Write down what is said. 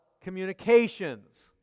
communications